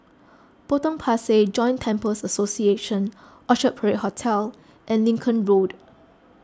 Potong Pasir Joint Temples Association Orchard Parade Hotel and Lincoln Road